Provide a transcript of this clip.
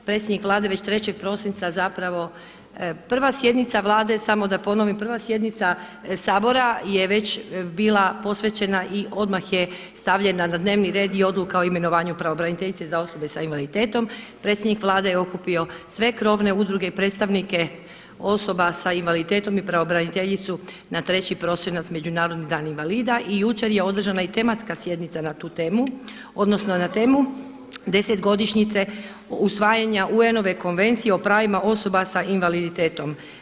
Predsjednik Vlade već 3. prosinca, 1. sjednica Vlade samo da ponovim, 1. sjednica Sabora je već bila posvećena i odmah je stavljena na dnevni red i odluka o imenovanju pravobraniteljice za osobe sa invaliditetom, predsjednik Vlade je okupio sve krovne udruge i predstavnike osoba sa invaliditetom i pravobraniteljicu na 3. prosinac Međunarodni dan invalida i jučer je održana i tematska sjednica na tu temu, odnosno na temu 10-godišnjice usvajanja UN-ove Konvencije o pravima osoba sa invaliditetom.